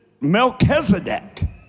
Melchizedek